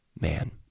man